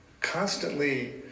Constantly